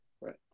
right